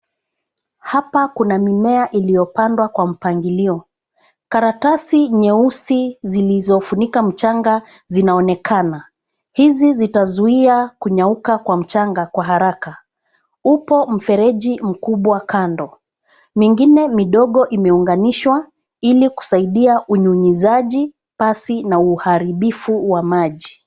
Hapa kuna mimea iliyopandwa kwa mpangilio. Karatasi nyeusi zilizofunika mchanga zinaonekana. Hizi zitazuia kunyauka kwa mchanga kwa haraka. Upo mfereji mkubwa kando. Mingine midogo imeunganishwa ili kusaidia unyunizaji pasi na uharibifu wa maji.